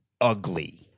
Ugly